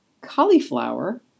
cauliflower